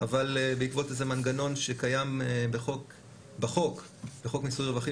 אבל בעקבות איזה מנגנון שקיים בחוק מיסוי רווחים